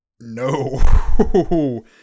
No